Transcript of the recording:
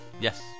Yes